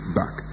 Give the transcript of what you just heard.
back